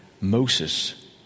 Moses